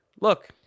Look